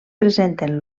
presenten